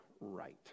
Right